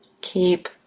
Keep